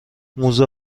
موزه